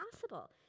possible